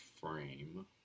frame